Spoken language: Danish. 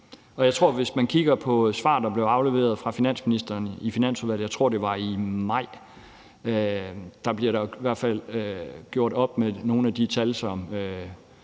Jeg tror, at hvis man kigger på et svar, der blev afleveret fra finansministeren i Finansudvalget – jeg tror, det var i maj – kan man se, at der i hvert fald bliver gjort op med nogle af de tal, som